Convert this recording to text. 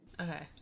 Okay